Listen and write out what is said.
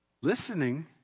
Listening